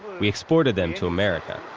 we exported them to america.